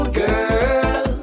girl